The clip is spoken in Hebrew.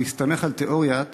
הוא הסתמך על תיאוריית